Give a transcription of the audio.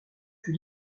fut